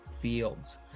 fields